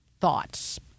thoughts